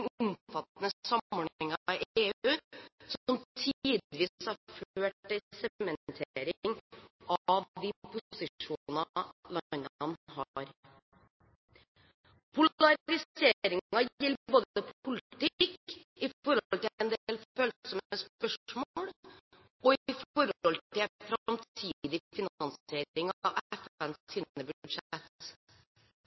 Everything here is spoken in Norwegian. omfattende samordningen i EU, som tidvis har ført til en sementering av de posisjonene landene har. Polariseringen gjelder både i forhold til politikk rundt en del følsomme spørsmål og i forhold til en framtidig finansiering av